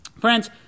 Friends